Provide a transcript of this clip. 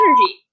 energy